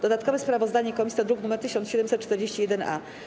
Dodatkowe sprawozdanie komisji to druk nr 1741-A.